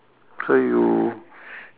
so you